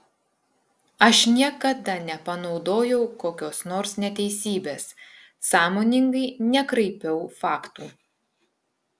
aš niekada nepanaudojau kokios nors neteisybės sąmoningai nekraipiau faktų